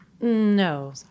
No